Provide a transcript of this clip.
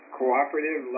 cooperative